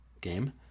game